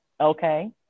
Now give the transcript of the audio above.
okay